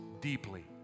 deeply